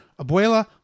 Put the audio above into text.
Abuela